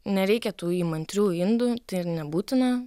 nereikia tų įmantrių indų ir nebūtina